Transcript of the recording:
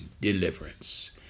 deliverance